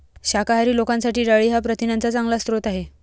शाकाहारी लोकांसाठी डाळी हा प्रथिनांचा चांगला स्रोत आहे